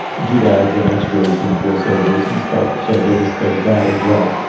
doodads and extras and voice overs and stuff. so there's there's that as well.